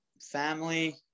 family